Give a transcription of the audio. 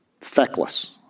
feckless